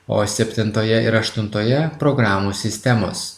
o septintoje ir aštuntoje programų sistemos